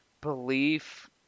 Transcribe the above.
belief